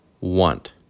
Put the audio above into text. want